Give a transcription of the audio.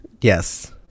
Yes